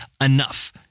enough